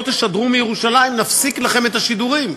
תשדרו מירושלים נפסיק לכם את השידורים.